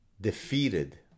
defeated